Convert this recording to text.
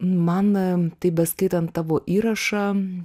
man taip beskaitant tavo įrašą